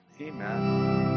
Amen